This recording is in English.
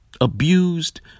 abused